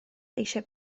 eisiau